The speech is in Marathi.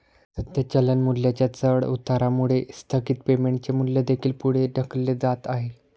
सध्या चलन मूल्याच्या चढउतारामुळे स्थगित पेमेंटचे मूल्य देखील पुढे ढकलले जात आहे